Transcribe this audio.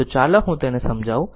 તો ચાલો હું તેને સમજાવું